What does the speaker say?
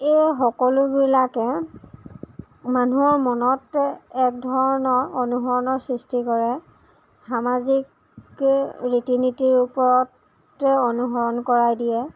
এই সকলোবিলাকে মানুহৰ মনত একধৰণৰ অনুসৰণৰ সৃষ্টি কৰে সামাজিক ক ৰীতি নীতিৰ ওপৰত অনুসৰণ কৰাই দিয়ে